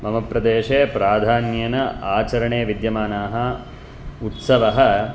मम प्रदेशे प्राधान्येन आचरणे विद्यमानाः उत्सवः